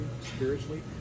spiritually